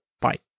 Bye